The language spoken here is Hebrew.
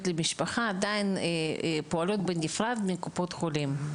המשפחה עדיין פועלות בנפרד מקופות החולים.